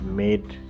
made